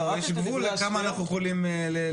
יש גבול לכמה אנחנו יכולים לספוג פה.